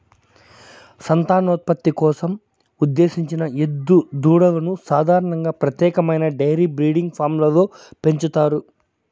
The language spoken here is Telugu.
సంతానోత్పత్తి కోసం ఉద్దేశించిన ఎద్దు దూడలను సాధారణంగా ప్రత్యేకమైన డెయిరీ బ్రీడింగ్ ఫామ్లలో పెంచుతారు